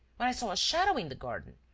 when i saw a shadow in the garden.